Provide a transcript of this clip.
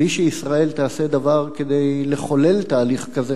בלי שישראל תעשה דבר כדי לחולל תהליך כזה,